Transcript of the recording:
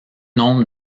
nombre